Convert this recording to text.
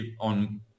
on